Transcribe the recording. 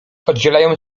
oddzielają